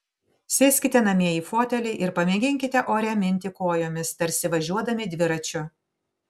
sėskite namie į fotelį ir pamėginkite ore minti kojomis tarsi važiuodami dviračiu